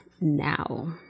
now